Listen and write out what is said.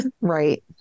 Right